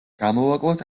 გამოვაკლოთ